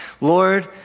Lord